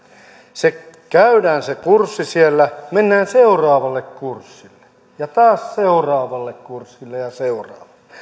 se kurssi käydään siellä mennään seuraavalle kurssille ja taas seuraavalle kurssille ja seuraavalle